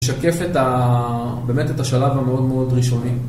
זה משקף באמת את השלב המאוד מאוד ראשוני.